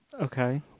Okay